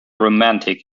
romantic